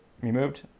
removed